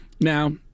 Now